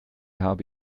habe